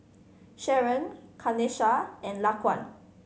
Sharron Kanesha and Laquan